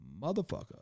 Motherfucker